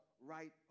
right